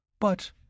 But